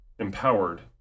empowered